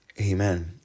amen